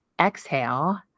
exhale